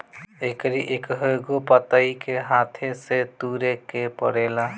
एकरी एकहगो पतइ के हाथे से तुरे के पड़ेला